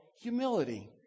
humility